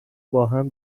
باهم